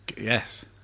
Yes